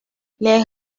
les